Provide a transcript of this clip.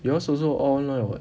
yours also all online or what